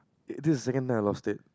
the this second time I lost it